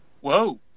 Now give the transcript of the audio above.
Whoa